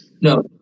No